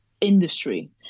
industry